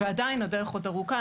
ועדיין הדרך עוד ארוכה.